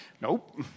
Nope